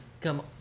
come